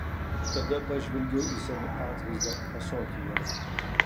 tada pažvelgiau į savo atvaizdą ąsotyje